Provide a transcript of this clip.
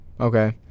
Okay